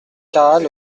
caral